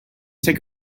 take